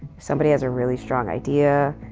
somebody has a really strong idea,